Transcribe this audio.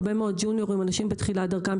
הרבה מאוד ג'וניורים אנשים בתחילת דרכם,